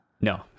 No